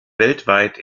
weltweit